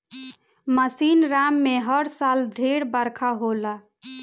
मासिनराम में हर साल ढेर बरखा होला